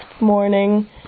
morning